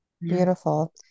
beautiful